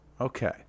Okay